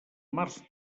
març